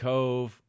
Cove